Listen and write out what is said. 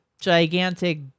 gigantic